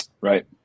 Right